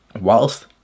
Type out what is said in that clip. whilst